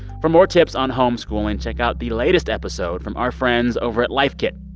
for more tips on homeschooling, check out the latest episode from our friends over at life kit.